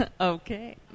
okay